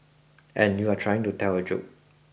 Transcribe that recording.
and you're trying to tell a joke